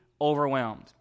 overwhelmed